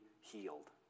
healed